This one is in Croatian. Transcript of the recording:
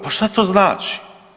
Pa šta to znači?